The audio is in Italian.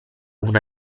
una